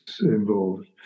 involved